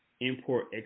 import